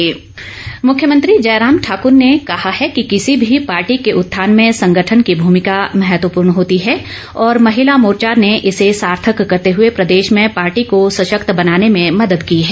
जयराम मुख्यमंत्री जयराम ठाकुर ने कहा है कि किसी भी पार्टी के उत्थान में संगठन की भूमिका महत्वपूर्ण होती है और महिला मोर्चा ने इसे सार्थक करते हुए प्रदेश में पार्टी को सशक्त बनाने में मदद की है